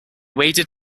waded